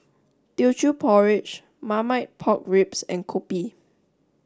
Teochew Porridge Marmite Pork Ribs and Kopi